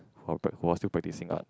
who are who are still practising art